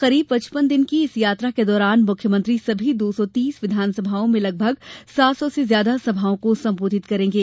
करीब पचपन दिन की इस यात्रा के दौरान मुख्यमंत्री सभी दो सौ तीस विधानसभाओं में लगभग सात सौ सभाओं को सम्बोधित करेंगे